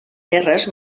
terres